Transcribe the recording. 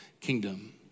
kingdom